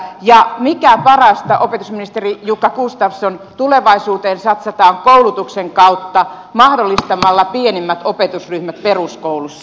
ja mikä parasta opetusministeri jukka gustafsson tulevaisuuteen satsataan koulutuksen kautta mahdollistamalla pienemmät opetusryhmät peruskoulussa